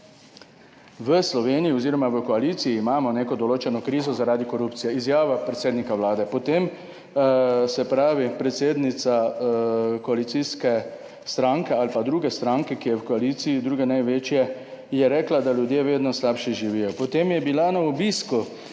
v Sloveniji oziroma v koaliciji imamo neko določeno krizo zaradi korupcije." Izjava predsednika Vlade. Potem, se pravi, predsednica koalicijske stranke ali pa druge stranke, ki je v koaliciji, druge največje, je rekla, da ljudje vedno slabše živijo. Potem je bila na obisku